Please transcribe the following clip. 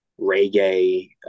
reggae